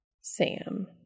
Sam